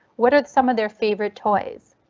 what are the some of their favorite toys?